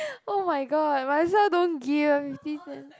oh-my-god might as well don't give fifty cents